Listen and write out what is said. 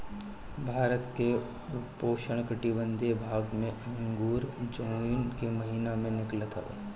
भारत के उपोष्णकटिबंधीय भाग में अंगूर जून के महिना में मिलत हवे